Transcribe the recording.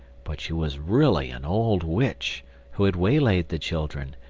but she was really an old witch who had waylaid the children,